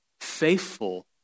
Faithful